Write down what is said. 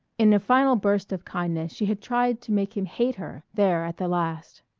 in a final burst of kindness she had tried to make him hate her, there at the last.